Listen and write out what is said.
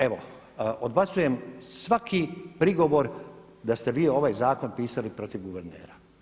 Ja evo odbacujem svaki prigovor da ste vi ovaj zakon pisali protiv guvernera.